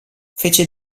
fece